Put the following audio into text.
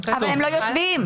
אבל הם לא יושבים.